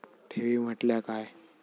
ठेवी म्हटल्या काय?